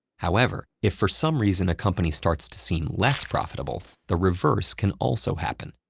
however, if for some reason a company starts to seem less profitable the reverse can also happen.